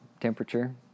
temperature